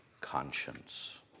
conscience